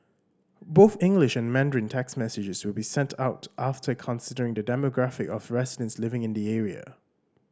both English and Mandarin text messages will be sent out after considering the demographic of residents living in the area